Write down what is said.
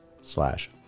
slash